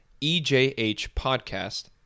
ejhpodcast